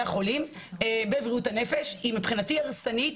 החולים בבריאות הנפש היא מבחינתי הרסנית,